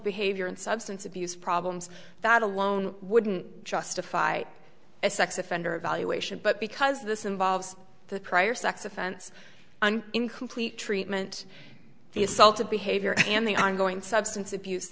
behavior and substance abuse problems that alone wouldn't justify a sex offender evaluation but because this involves the prior sex offense and incomplete treatment the assaultive behavior and the ongoing substance abuse